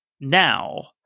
now